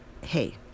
hey